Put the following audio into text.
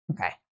Okay